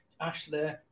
Ashley